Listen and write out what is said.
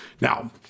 now